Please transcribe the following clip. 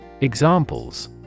Examples